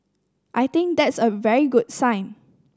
I think that is a very good sign